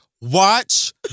watch